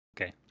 Okay